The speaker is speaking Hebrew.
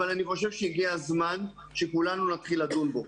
אבל אני חושב שהגיע הזמן שכולנו נתחיל לדון בו